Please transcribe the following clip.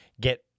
get